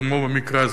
כמו במקרה הזה.